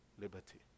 liberty